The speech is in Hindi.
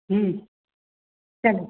चलो